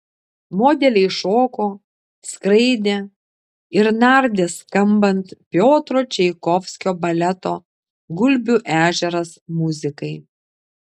modeliai šoko skraidė ir nardė skambant piotro čaikovskio baleto gulbių ežeras muzikai